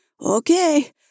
Okay